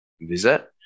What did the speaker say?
visit